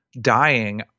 dying